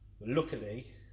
luckily